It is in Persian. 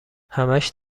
همش